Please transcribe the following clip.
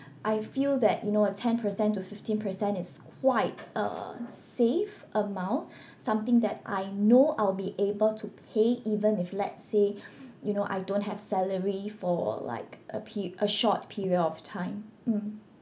I feel that you know a ten percent to fifteen percent is quite a safe amount something that I know I'll be able to pay even if let's say you know I don't have salary for like a pe~ a short period of time mm